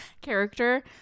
character